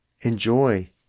enjoy